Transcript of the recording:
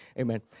Amen